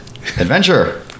adventure